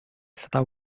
stata